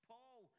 Paul